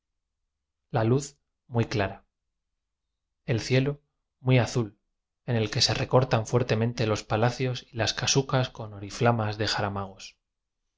la luz muy clara el cielo muy azul en el que se recortan fuertemente los palacios y las casucas con oriflamas de jaramagos